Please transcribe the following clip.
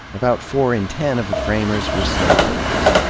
about four in ten of the framers were slaveholders.